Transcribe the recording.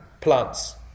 plants